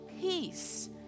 peace